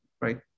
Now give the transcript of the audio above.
Right